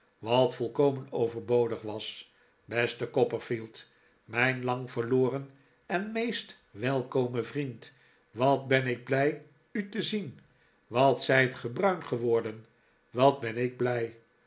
volkomen overbodig was beste copperfield mijn lang verloren en meest welkome vriend wat ben ik blij u te zien wat zijt ge bruin gewordenj wat ben ik blij